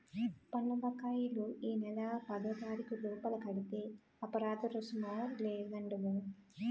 పన్ను బకాయిలు ఈ నెల పదోతారీకు లోపల కడితే అపరాదరుసుము లేదండహో